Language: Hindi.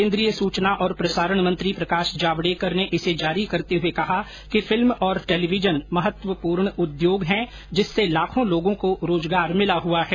केन्द्रीय सुचना और प्रसारण मंत्री प्रकाश जावड़ेकर ने इसे जारी करते हुये कहा कि फिल्म और टेलीविजन महत्वपूर्ण उद्योग है जिससे लाखों लोगों का रोजगार जुड़ा है